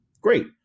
great